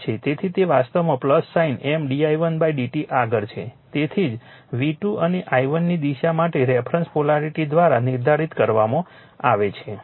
તેથી તે વાસ્તવમાં sine M d i1 dt આગળ છે તેથી જ V2 અને i1 ની દિશા માટે રેફરન્સ પોલારિટી દ્વારા નિર્ધારિત કરવામાં આવે છે